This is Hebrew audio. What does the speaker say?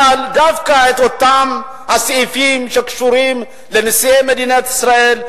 אבל דווקא באותם הסעיפים שקשורים לנשיאי מדינת ישראל,